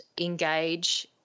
engage